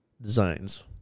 designs